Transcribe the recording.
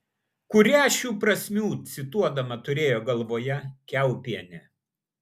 kurią šių prasmių cituodama turėjo galvoje kiaupienė